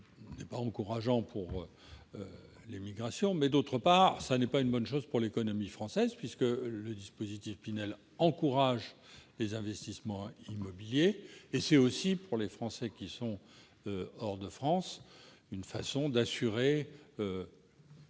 disposition encourageante pour l'émigration. Ensuite, ce n'est pas une bonne chose pour l'économie française, puisque le dispositif Pinel encourage les investissements immobiliers. Enfin, c'est aussi pour les Français qui sont hors de France une façon d'assurer,